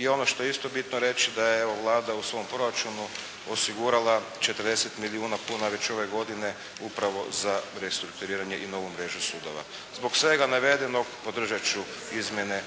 I ono što je isto bitno reći da je evo Vlada u svom proračunu osigura 40 milijuna kuna, već ove godine upravo za restrukturiranje i novu mrežu sudova. Zbog svega navedenog, podržat ću izmjene,